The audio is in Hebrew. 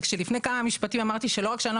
כשלפני כמה משפטים אמרתי שלא רק שאני לא